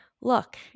look